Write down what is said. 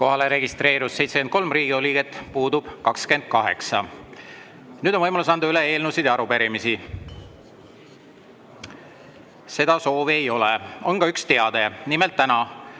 Kohalolijaks registreerus 73 Riigikogu liiget, puudub 28. Nüüd on võimalus anda üle eelnõusid ja arupärimisi. Seda soovi ei ole. On üks teade. Nimelt, täna